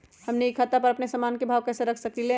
हमनी अपना से अपना सामन के भाव न रख सकींले?